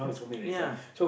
ya